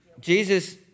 Jesus